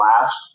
last